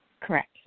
Correct